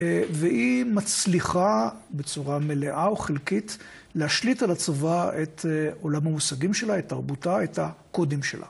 והיא מצליחה בצורה מלאה וחלקית להשליט על הצבא את עולם המושגים שלה, את תרבותה, את הקודים שלה.